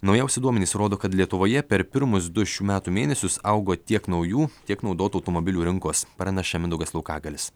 naujausi duomenys rodo kad lietuvoje per pirmus du šių metų mėnesius augo tiek naujų tiek naudotų automobilių rinkos pranaše mindaugas laukagalis